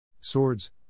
Swords